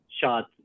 shot